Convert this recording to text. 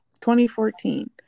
2014